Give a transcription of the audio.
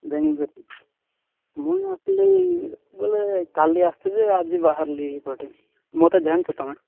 ମୁଁ ଆସିଥିଲି ବୋଲେ କାଲି ଆସିଥିଲି ଆଜି ବାହାରିଲି ଏଇପଟେ ମୋତେ ଜାଣିଛ ତୁମେ